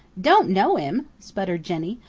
don't know him! sputtered jenny.